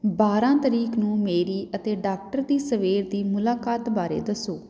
ਬਾਰਾਂ ਤਰੀਕ ਨੂੰ ਮੇਰੀ ਅਤੇ ਡਾਕਟਰ ਦੀ ਸਵੇਰ ਦੀ ਮੁਲਾਕਾਤ ਬਾਰੇ ਦੱਸੋ